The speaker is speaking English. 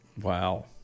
Wow